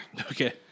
Okay